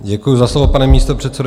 Děkuji za slovo, pane místopředsedo.